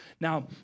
Now